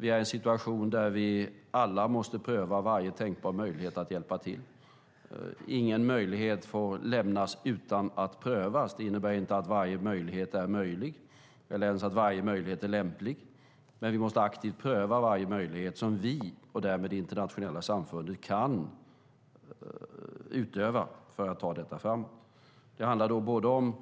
Det är en situation där vi alla måste pröva varje tänkbar möjlighet att hjälpa till. Ingen möjlighet får lämnas utan att prövas. Det innebär inte att varje möjlighet är möjlig eller ens att varje möjlighet är lämplig. Men vi måste aktivt pröva varje möjlighet som vi, och därmed det internationella samfundet, kan använda oss av för att föra detta framåt. Det handlar om